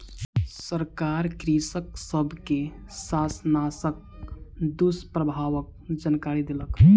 सरकार कृषक सब के शाकनाशक दुष्प्रभावक जानकरी देलक